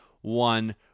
One